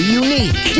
unique